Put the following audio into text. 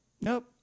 Nope